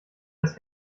das